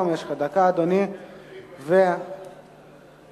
ועדת הפנים.